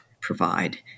provide